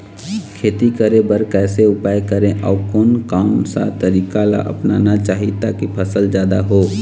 खेती करें बर कैसे उपाय करें अउ कोन कौन सा तरीका ला अपनाना चाही ताकि फसल जादा हो?